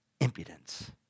Impudence